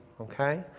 Okay